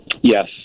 Yes